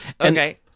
Okay